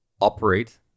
operate